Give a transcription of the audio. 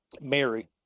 mary